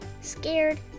scared